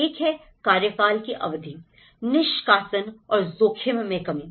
एक है कार्यकाल की अवधि निष्कासन और जोखिम में कमी